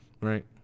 right